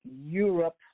Europe